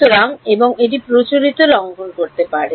সুতরাং এবং এটি প্রচলিত লঙ্ঘন করতে পারে